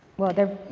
well, they're.